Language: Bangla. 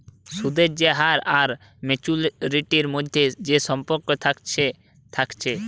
সুদের যে হার আর মাচুয়ারিটির মধ্যে যে সম্পর্ক থাকছে থাকছে